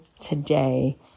today